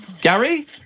Gary